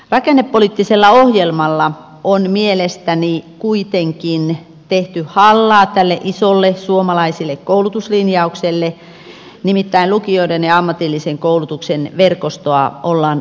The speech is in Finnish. rakennepoliittisella ohjelmalla on mielestäni kuitenkin tehty hallaa tälle isolle suomalaiselle koulutuslinjaukselle nimittäin lukioiden ja ammatillisen koulutuksen verkostoa ollaan ajamassa alas